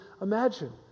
imagine